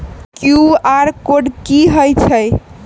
QR code कि हई छई?